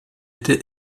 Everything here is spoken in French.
été